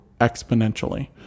exponentially